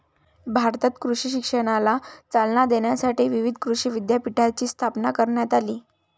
भारतात कृषी शिक्षणाला चालना देण्यासाठी विविध कृषी विद्यापीठांची स्थापना करण्यात आली